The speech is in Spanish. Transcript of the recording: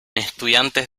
estudiantes